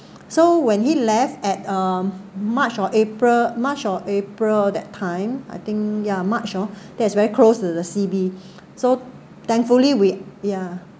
so when he left at um march or april march or april that time I think yeah march orh that's very close to the C_B so thankfully we ya